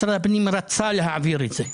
משרד הפנים רצה להעביר את זה.